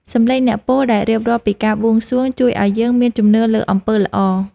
សំឡេងអ្នកពោលដែលរៀបរាប់ពីការបួងសួង ជួយឱ្យយើងមានជំនឿលើអំពើល្អ។